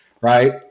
right